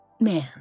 man